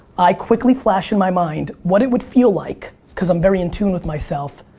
i quickly flash in my mind what it would feel like, cause i'm very in tune with myself,